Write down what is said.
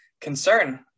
concern